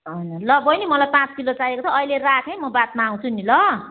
ल बहिनी मलाई पाँच किलो चाहिएको छ अहिले राखेँ है म बादमा आउँछु नि ल